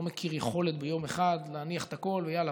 אני לא מכיר יכולת ביום אחד להניח את הכול ויאללה,